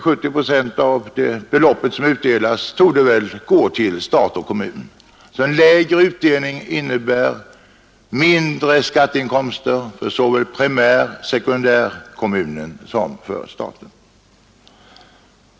70 procent av det belopp som utdelas gå till stat och kommun — en lägre utdelning innebär således mindre skatteinkomster såväl för primärsom sekundärkommunen och för staten.